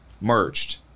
merged